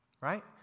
right